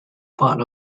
part